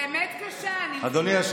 האמת קשה, אני מבינה.